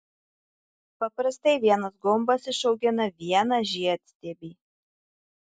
paprastai vienas gumbas išaugina vieną žiedstiebį